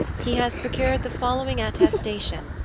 he has procured the following attestation,